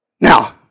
Now